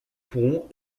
pont